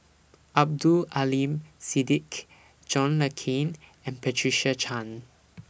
Abdul Aleem Siddique John Le Cain and Patricia Chan